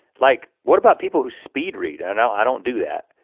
like what about people who speed read? no, i don't do that.